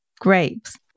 grapes